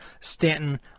Stanton